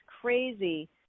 crazy